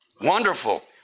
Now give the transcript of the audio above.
Wonderful